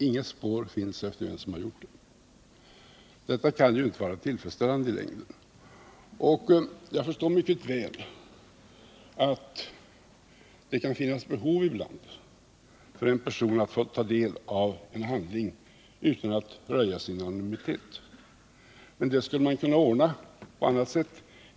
Inget spår finns efter den som har gjort detta. Sådant kan ju inte vara tillfredsställande i längden. Jag förstår mycket väl att det ibland kan finnas behov för en person att få ta del av en handling utan att han röjer sin anonymitet. Men det skulle man kunna ordna på andra sätt.